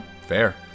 fair